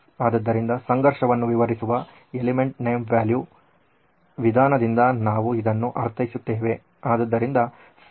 ಆದ್ದರಿಂದ ಸಂಘರ್ಷವನ್ನು ವಿವರಿಸುವ ಎಲಿಮೆಂಟ್ ನೇಮ್ ವ್ಯಾಲ್ಯೂ ವಿಧಾನದಿಂದ ನಾವು ಇದನ್ನು ಅರ್ಥೈಸುತ್ತೇವೆ